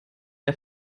der